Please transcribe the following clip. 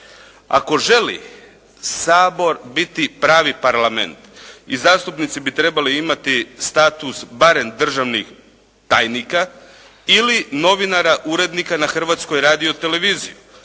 Ako želi Sabor biti pravi Parlament i zastupnici bi trebali imati status barem državnih tajnika ili novinara urednika na Hrvatskoj radioteleviziji.